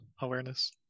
awareness